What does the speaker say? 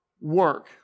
work